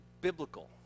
biblical